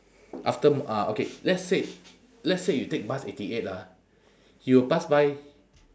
after m~ ah okay let's say let's say you take bus eighty eight ah you will pass by